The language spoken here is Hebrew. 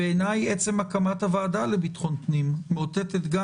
בעיניי עצם הקמת הוועדה לביטחון פנים מאותתת על